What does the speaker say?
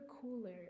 cooler